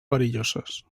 perilloses